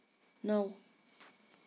نَو